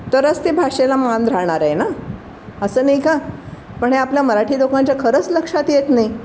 तरच ते भाषेला मान राहणार आहे ना असं नाही का पण हे आपल्या मराठी लोकांच्या खरंच लक्षात येत नाही